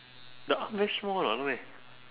the arm very small lah not meh